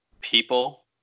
people